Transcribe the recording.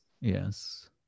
yes